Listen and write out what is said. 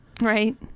right